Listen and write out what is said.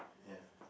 ya